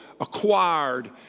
acquired